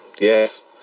Yes